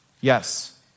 Yes